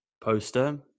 poster